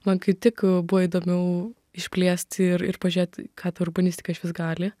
man kaip tik buvo įdomiau išplėst ir ir pažiūrėt ką ta urbanistika išvis gali